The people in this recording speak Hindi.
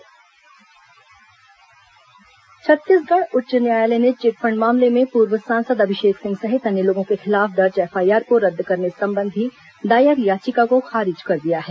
उच्च न्यायालय चिटफंड छत्तीसगढ़ उच्च न्यायालय ने चिटफंड मामले में पूर्व सांसद अभिषेक सिंह सहित अन्य लोगों के खिलाफ दर्ज एफआईआर को रद्द करने संबंधी दायर याचिका को खारिज कर दिया है